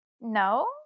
No